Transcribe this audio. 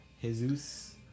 Jesus